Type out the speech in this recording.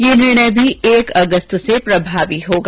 यह निर्णय भी एक अगस्त से प्रभावी होगा